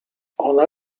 ona